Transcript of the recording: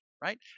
right